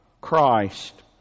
Christ